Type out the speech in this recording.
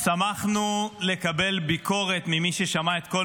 שמחנו לקבל ביקורת ממי ששמעה את כל